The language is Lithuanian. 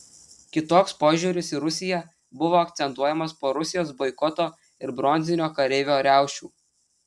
kitoks požiūris į rusiją buvo akcentuojamas po rusijos boikoto ir bronzinio kareivio riaušių